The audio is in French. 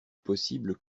possible